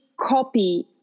copy